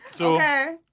Okay